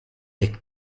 est